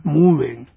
moving